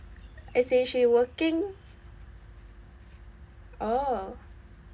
as in she working oh